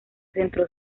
centro